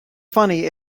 funny